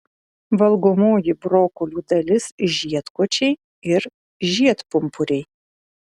valgomoji brokolių dalis žiedkočiai ir žiedpumpuriai